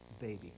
baby